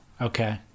Okay